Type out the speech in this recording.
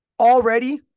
already